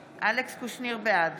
קושניר, בעד